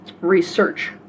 Research